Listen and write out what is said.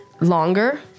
longer